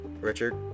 Richard